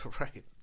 Right